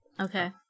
Okay